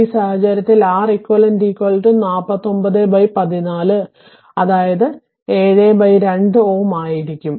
ഈ സാഹചര്യത്തിൽ Req 4914 അതായത് 72 Ω ആയിരിക്കും